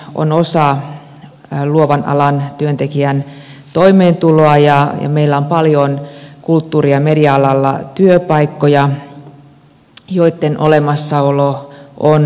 tekijänoikeus on osa luovan alan työntekijän toimeentuloa ja meillä on paljon kulttuuri ja media alalla työpaikkoja joitten olemassaolo on turvattava